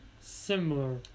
similar